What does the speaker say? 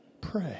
pray